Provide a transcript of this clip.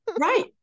Right